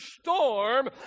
storm